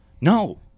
No